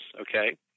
okay